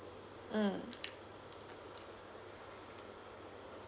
mm